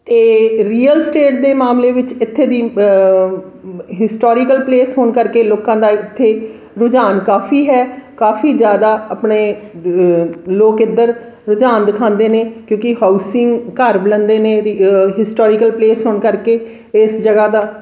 ਅਤੇ real estate ਦੇ ਮਾਮਲੇ ਵਿੱਚ ਇੱਥੇ ਦੀ ਹਿਸਟੋਰੀਕਲ ਪਲੇਸ ਹੋਣ ਕਰਕੇ ਲੋਕਾਂ ਦਾ ਇੱਥੇ ਰੁਝਾਨ ਕਾਫੀ ਹੈ ਕਾਫੀ ਜ਼ਿਆਦਾ ਆਪਣੇ ਦ ਲੋਕ ਇੱਧਰ ਰੁਝਾਨ ਦਿਖਾਉਂਦੇ ਨੇ ਕਿਉਂਕਿ ਹਾਊਸਿੰਗ ਘਰ ਲੈਂਦੇ ਨੇ ਵ ਹਿਸਟੋਰੀਕਲ ਪਲੇਸ ਹੋਣ ਕਰਕੇ ਇਸ ਜਗ੍ਹਾ ਦਾ